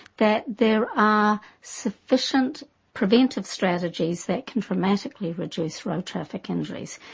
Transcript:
that there are sufficient preventative strategies that can dramatically reduce road traffic injuries.